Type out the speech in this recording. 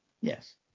Yes